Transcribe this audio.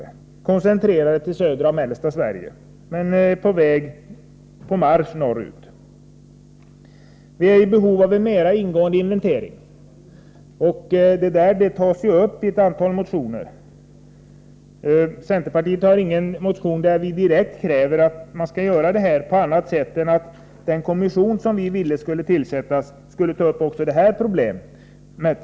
De är koncentrerade till södra och mellersta Sverige men är på marsch norrut. Vi är i behov av en mera ingående inventering. Detta tas upp i ett antal motioner. Centerpartiet har ingen motion där vi direkt kräver att man skall vidta dessa åtgärder. Men vi ansåg att en kommission skulle tillsättas som skulle ta upp också detta problem.